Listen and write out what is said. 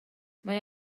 mae